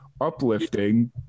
uplifting